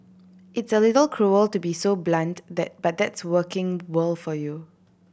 it's a little cruel to be so blunt that but that's working world for you